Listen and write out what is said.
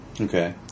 Okay